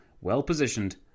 well-positioned